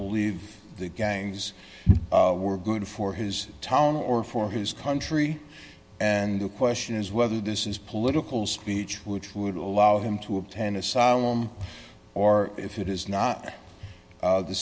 believe the gangs were good for his town or for his country and the question is whether this is political speech which would allow him to obtain asylum or if it is not